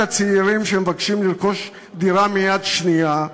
הצעירים שמבקשים לרכוש דירה מיד שנייה,